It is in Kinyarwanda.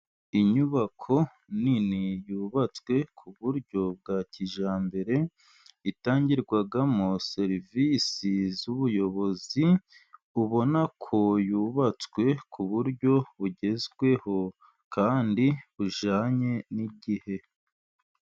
Inyubako nini yubatswe ku buryo bwa kijyambere itangirwamo serivisi z'ubuyobozi, ubona ko yubatswe ku buryo bugezweho kandi bujyanye n'igihe.